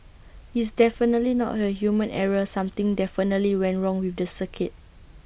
it's definitely not A human error something definitely went wrong with the circuit